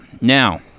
Now